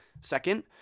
Second